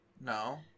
No